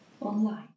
online